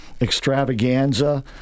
extravaganza